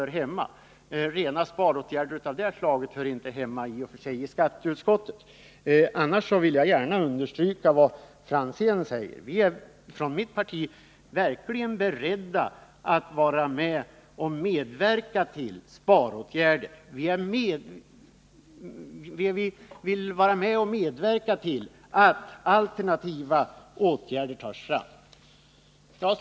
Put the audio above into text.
Rena sparåtgärder av detta slag hör i och för sig inte hemma i skatteutskottet, men jag vill gärna understryka vad Tommy Franzén säger på denna punkt. Vi är även inom mitt parti verkligen beredda att medverka till sparåtgärder och till att alternativ tas fram. Herr talman!